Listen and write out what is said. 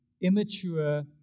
immature